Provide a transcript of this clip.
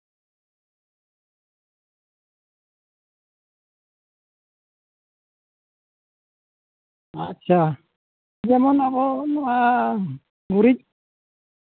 ᱟᱪᱪᱷᱟ ᱡᱮᱢᱚᱱ ᱟᱵᱚ ᱱᱚᱣᱟ ᱜᱩᱨᱤᱡ